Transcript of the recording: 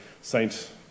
Saint